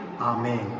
Amen